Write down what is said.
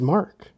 Mark